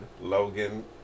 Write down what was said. Logan